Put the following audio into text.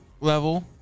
Level